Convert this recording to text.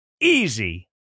easy